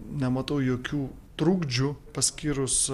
nematau jokių trukdžių paskyrus